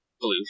blue